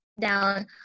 down